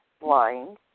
blind